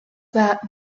that